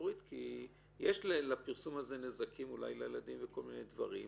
להוריד כי יש לפרסום הזה נזקים אולי לילדים וכל מיני דברים.